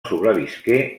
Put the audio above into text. sobrevisqué